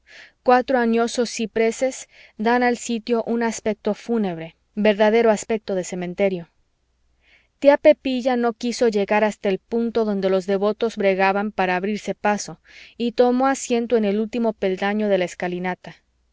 cuatro añosos cipreses dan al sitio un aspecto fúnebre verdadero aspecto de cementerio tía pepilla no quiso llegar hasta el punto donde los devotos bregaban para abrirse paso y tomó asiento en el último peldaño de la escalinata